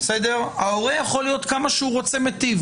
ההורה יכול להיות מיטיב,